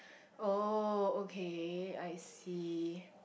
oh okay I see